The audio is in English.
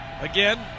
again